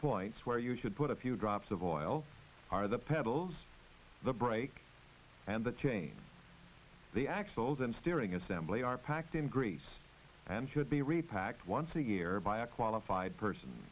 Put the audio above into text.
points where you should put a few drops of oil are the pedals the brake and the chain the axles and steering assembly are packed in greece and should be repacked once a year by a qualified person